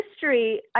history